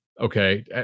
Okay